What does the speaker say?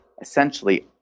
essentially